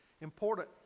important